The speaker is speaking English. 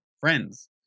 friends